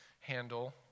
handle